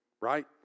right